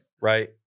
right